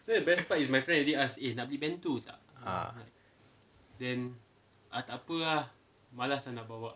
ah